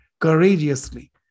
courageously